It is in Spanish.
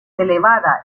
elevada